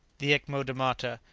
the echmodermata,